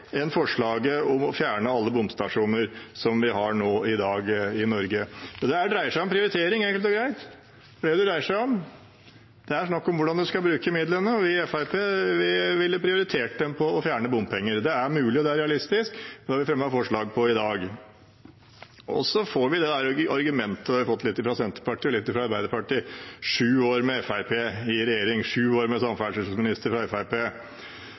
dreier seg om prioritering, enkelt og greit. Det er det det dreier seg om. Det er snakk om hvordan man skal bruke midlene, og vi i Fremskrittspartiet ville prioritert å fjerne bompenger. Det er mulig, det er realistisk, og vi fremmer forslag om det i dag. Så får vi det argumentet, litt fra Senterpartiet og litt fra Arbeiderpartiet: sju år med Fremskrittspartiet i regjering, sju år med samferdselsminister fra